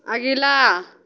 अगिला